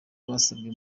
basabwe